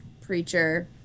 preacher